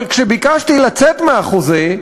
אבל כשביקשתי לצאת מהחוזה,